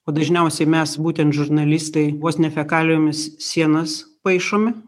o dažniausiai mes būtent žurnalistai vos ne fekalijomis sienas paišome